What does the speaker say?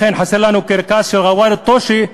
לכן חסר לנו קרקס של ג'וואר א-טושה,